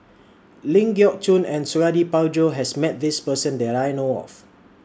Ling Geok Choon and Suradi Parjo has Met This Person that I know of